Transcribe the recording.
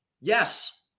Yes